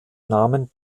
namen